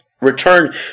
return